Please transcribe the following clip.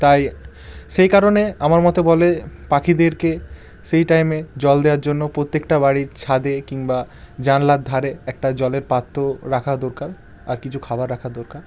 তাই সেই কারণে আমার মতে বলে পাখিদেরকে সেই টাইমে জল দেওয়ার জন্য প্রত্যেকটা বাড়ির ছাদে কিংবা জানালার ধারে একটা জলের পাত্র রাখা দরকার আর কিছু খাবার রাখার দরকার